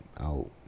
out